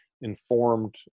informed